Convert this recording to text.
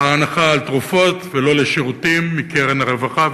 לא הנחה על תרופות ולא לשירותים מקרן הרווחה,